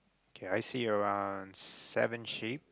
K I see around seven sheep